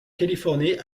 californie